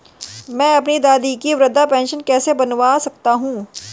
मैं अपनी दादी की वृद्ध पेंशन कैसे बनवा सकता हूँ?